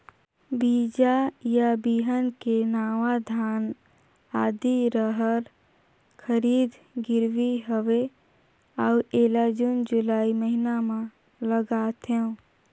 बीजा या बिहान के नवा धान, आदी, रहर, उरीद गिरवी हवे अउ एला जून जुलाई महीना म लगाथेव?